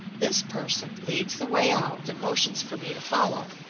this person leads the way out and motions for me to follow.